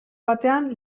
batean